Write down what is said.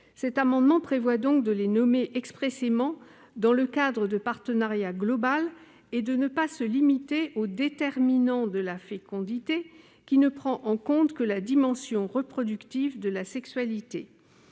Cet amendement vise à les nommer expressément dans le cadre de partenariat global. Il convient de ne pas se limiter aux « déterminants de la fécondité », expression qui ne prend en compte que la dimension reproductive de la sexualité.